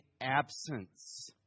absence